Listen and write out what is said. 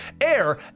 air